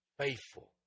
faithful